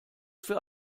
für